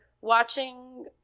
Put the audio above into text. watching